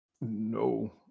no